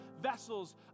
vessels